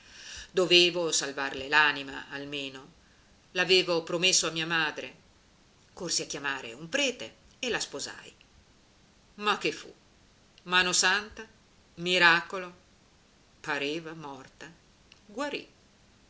dovevo salvarle l'anima almeno l'avevo promesso a mia madre corsi a chiamare un prete e la sposai ma che fu mano santa miracolo pareva morta guarì